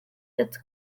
its